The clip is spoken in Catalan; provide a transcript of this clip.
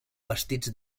bastits